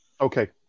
Okay